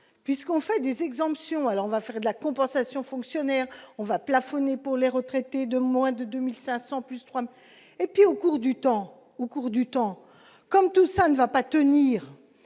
puisqu'on fait des exemptions, alors on va faire de la compensation fonctionnaires on va plafonner pour les retraités de moins de 2500 plus 3 et puis au cours du temps, au cours du temps, comme tout ça ne va pas tenir